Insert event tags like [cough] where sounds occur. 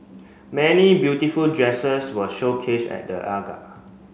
many beautiful dresses were showcased at the [unintelligible]